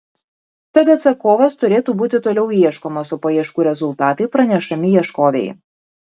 tad atsakovas turėtų būti toliau ieškomas o paieškų rezultatai pranešami ieškovei